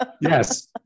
yes